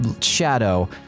shadow